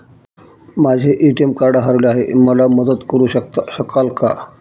माझे ATM card हरवले आहे, मला मदत करु शकाल का?